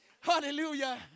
Hallelujah